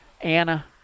Anna